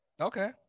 Okay